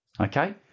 okay